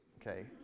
Okay